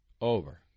Over